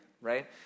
right